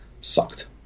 sucked